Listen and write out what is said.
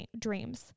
dreams